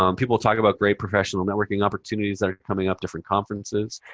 um people talk about great professional networking opportunities that are coming up. different conferences.